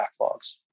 backlogs